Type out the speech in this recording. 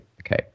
okay